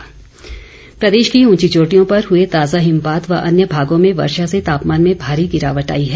मौसम प्रदेश की ऊंची चोटियों पर हुए ताजा हिमपात व अन्य भागों में वर्षा से तापमान में भारी गिरावट आई है